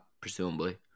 presumably